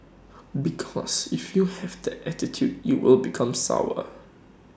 because if you have that attitude you will become sour